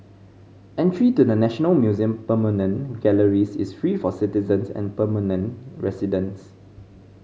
entry to the National Museum permanent galleries is free for citizens and permanent residents